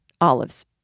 olives